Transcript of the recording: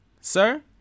Sir